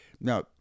now